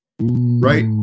right